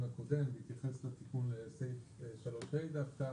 הקודם בהתייחס לתיקון בסעיף 3(ה) דווקא,